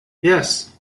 jes